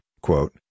quote